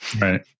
Right